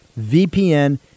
VPN